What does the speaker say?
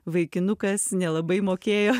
vaikinukas nelabai mokėjo